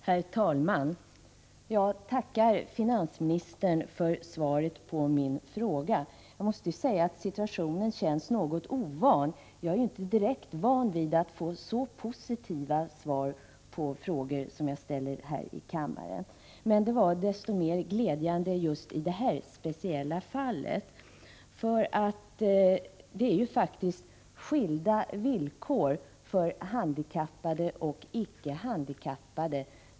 Herr talman! Jag tackar finansministern för svaret på min fråga. Jag måste säga att situationen känns något ovan — jag är inte direkt van vid att få så positiva svar på frågor som jag ställer här i kammaren. Men det var desto mer glädjande just i det här speciella fallet. Behovet av bil är olika för handikappade och ickehandikappade.